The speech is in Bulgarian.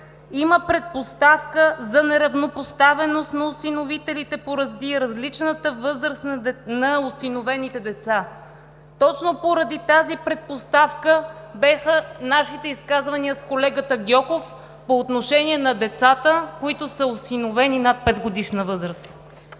„Има предпоставка за неравнопоставеност на осиновителите поради различната възраст на осиновените деца“. Точно поради тази предпоставка бяха нашите изказвания с колегата Гьоков по отношение на децата над 5-годишна възраст,